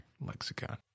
lexicon